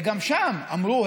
גם שם אמרו: